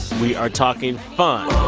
we are talking fun